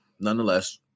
nonetheless